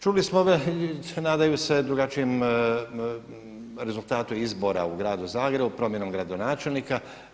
Čuli smo nadaju se drugačijem rezultatu izbora u gradu Zagrebu, promjenom gradonačelnika.